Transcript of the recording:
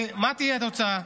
ומה תהיה התוצאה?